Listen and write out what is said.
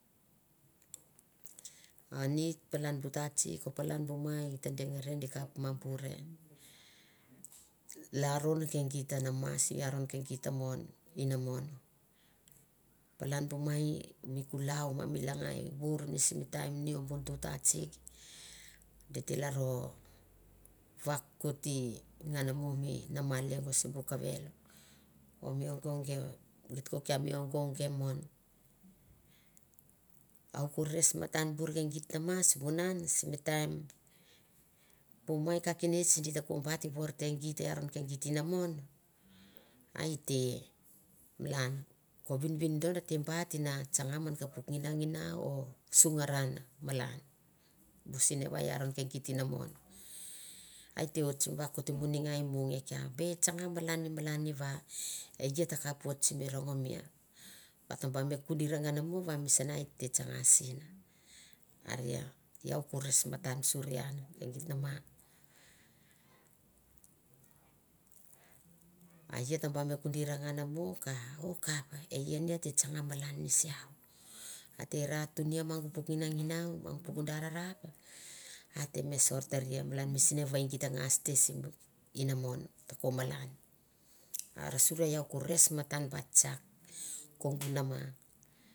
A ni palan bu tatsik palan bu mai i ta dengarie di kap ma bure lanon regita a nama si aron kegita mon inamon palan bu mai kulau ma mi langai vor ni sim taim ni bu ngtu tatsik di te laro vakotie ngana ino mi nama lengo kia mi onge onge mon a u ko nes matan bure ko gita nama simi vunan simi taim bu mai ka kinetsi di ta ko bati vor git inmon a i te mran ko vivindon a te bati na tsana man ka puk nagina nginoun or sungaran malan bu sinevai i aron keia te git inamon a i tie otie sim vakoti mune ngai moh nge kia be tsanga malani malani va eie ta kap oh simi rongomia va ta ba me kudiri ongana moh ra mi sana i te tsana sina arein lo ko re matan surian kagit nama a e ia ta ba ni a te tsana malan ni siau. A te ra tuni mong puk ngina nginau mong puk u da na rap a te ne son teria malan mi sinevai gita ngas te sibu inamon to ko malan an surie iou ko res matan baitsak kong nama.